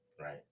right